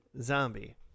Zombie